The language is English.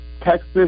Texas